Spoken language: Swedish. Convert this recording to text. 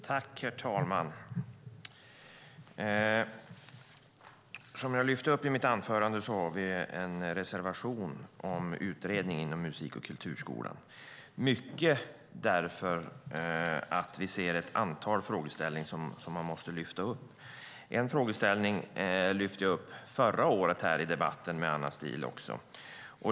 Herr talman! Som jag lyfte upp i mitt anförande har vi en reservation om utredning av musik och kulturskolan, mycket därför att vi ser ett antal frågeställningar som man måste lyfta upp. En frågeställning lyfte jag upp förra året i debatten med Anna Steele.